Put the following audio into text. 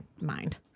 mind